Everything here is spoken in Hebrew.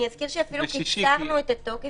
אני אזכיר שאפילו קיצרנו את התוקף.